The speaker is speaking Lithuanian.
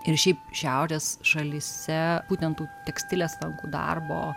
ir šiaip šiaurės šalyse būtent tų tekstilės rankų darbo